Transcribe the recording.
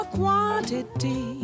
quantity